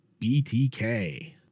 BTK